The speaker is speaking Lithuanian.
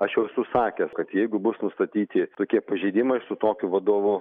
aš jau esu sakęs kad jeigu bus nustatyti tokie pažeidimai su tokiu vadovu